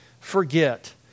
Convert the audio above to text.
forget